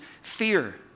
fear